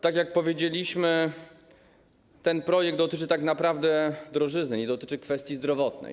Tak jak powiedzieliśmy, ten projekt dotyczy tak naprawdę drożyzny, nie dotyczy kwestii zdrowotnej.